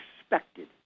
expected